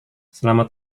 selamat